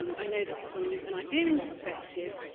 i know that from an iberian perspective,